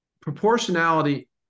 proportionality